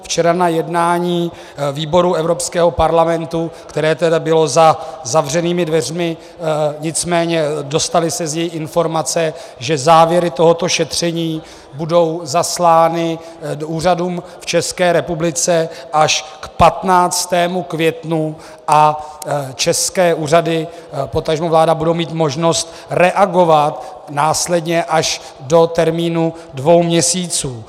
Včera na jednání výboru Evropského parlamentu, které bylo za zavřenými dveřmi, nicméně dostaly se z něj informace, že závěry tohoto šetření budou zaslány úřadům v České republice až k 15. květnu a české úřady, potažmo vláda, budou mít možnost reagovat následně až do termínu dvou měsíců.